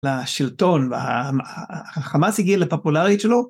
לשלטון והחמאס הגיע לפופולרית שלו.